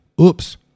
oops